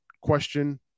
Question